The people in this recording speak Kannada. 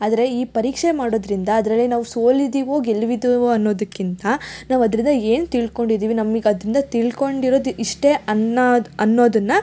ಆದರೆ ಈ ಪರೀಕ್ಷೆ ಮಾಡೋದರಿಂದ ಅದರಲ್ಲಿ ನಾವು ಸೋತಿದಿವೋ ಗೆದ್ದಿದಿವೋ ಅನ್ನೊದಕ್ಕಿಂತ ನಾವು ಅದರಿಂದ ಏನು ತಿಳ್ಕೊಂಡಿದೀವಿ ನಮಗ್ ಅದರಿಂದ ತಿಳ್ಕೊಂಡಿರೋದು ಇಷ್ಟೇ ಅನ್ನೋದು ಅನ್ನೋದನ್ನು